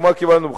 ומה קיבלנו בחזרה?